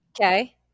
Okay